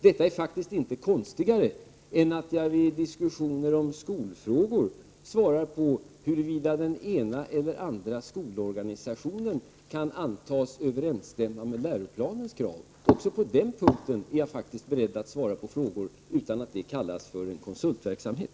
Detta är faktiskt inte konstigare än att jag i diskussioner om skolfrågor svarar på huruvida den ena eller andra skolorganisationen kan antas överensstämma med läroplanens krav. Även på den punkten är jag beredd att svara på frågor utan att det kallas för konsultverksamhet.